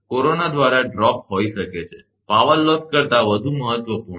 corona દ્વારા drop હોઈ શકે છે પાવર લોસ કરતાં વધુ મહત્વપૂર્ણ